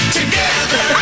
together